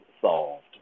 solved